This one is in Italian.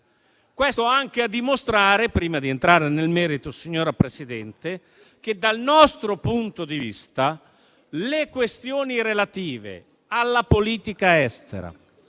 Questo anche a dimostrare, prima di entrare nel merito, signora Presidente, che - dal nostro punto di vista - le questioni relative alla politica estera,